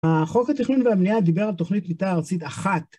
החוק התכנון והמניעה דיבר על תוכנית פליטה ארצית אחת.